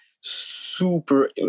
super